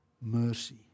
mercy